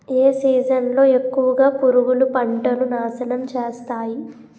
ఏ season లో ఎక్కువుగా పురుగులు పంటను నాశనం చేస్తాయి?